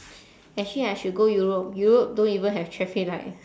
actually I should go europe europe don't even have traffic light